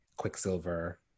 Quicksilver